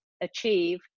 achieve